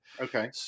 Okay